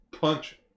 Punch